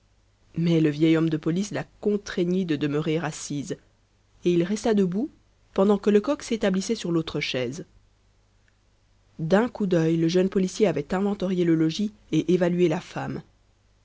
mais le vieil homme de police la contraignit de demeurer assise et il resta debout pendant que lecoq s'établissait sur l'autre chaise d'un coup d'œil le jeune policier avait inventorié le logis et évalué la femme